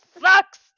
sucks